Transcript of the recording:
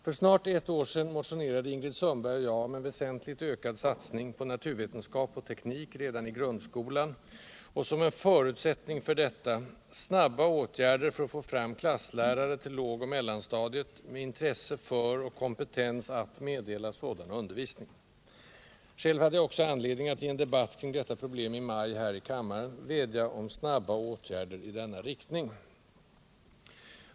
För snart ett år sedan motionerade Ingrid Sundberg och jag om en väsentligt ökad satsning på naturvetenskap och teknik redan i grundskolan och — som en förutsättning för detta — snabba åtgärder för att få fram klasslärare till lågoch mellanstadiet med intresse för och kompetens att meddela sådan undervisning. Själv hade jag också anledning att i en debatt kring detta problem i maj här i kammaren vädja om snabba åtgärder i denna riktning.